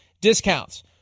discounts